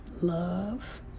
love